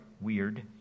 weird